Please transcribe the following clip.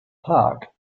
park